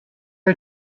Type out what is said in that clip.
are